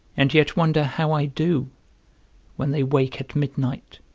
and yet wonder how i do when they wake at midnight,